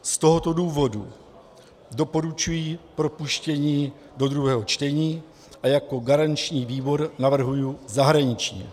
Z tohoto důvodu doporučuji propuštění do druhého čtení a jako garanční výbor navrhuji zahraniční.